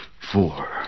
four